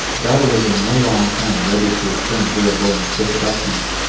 god was in no long time ready to return jeroboam's wicked actions,